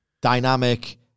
dynamic